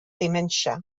dementia